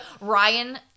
Ryan